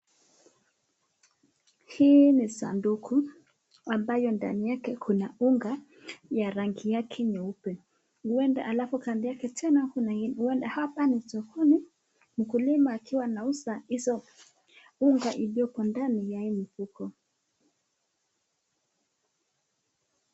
Hii ni sanduku ambayo ndani yake iko na unga ya rangi yake nyeupe, huenda tena alafu kando yake kuna mkulima akiwa anauza hizo unga iliyoko ndani ya hii mfuko.